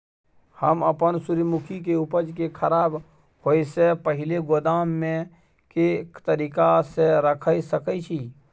हम अपन सूर्यमुखी के उपज के खराब होयसे पहिले गोदाम में के तरीका से रयख सके छी?